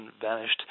vanished